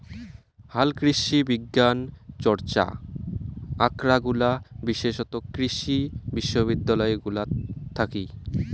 হালকৃষিবিজ্ঞান চর্চা আখরাগুলা বিশেষতঃ কৃষি বিশ্ববিদ্যালয় গুলাত থাকি